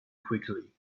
quickly